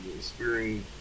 spearing